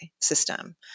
system